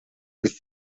ist